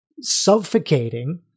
suffocating